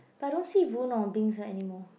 but I don't see Voon or Bing-Ze anymore